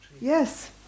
Yes